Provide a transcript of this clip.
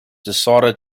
decided